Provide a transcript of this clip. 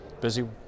busy